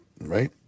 right